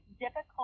difficult